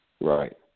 Right